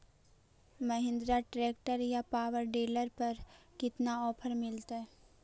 Mahindra tractor या power dealer पर कितना ओफर मीलेतय?